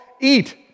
eat